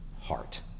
heart